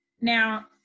Now